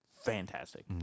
fantastic